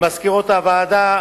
למזכירות הוועדה,